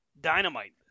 Dynamite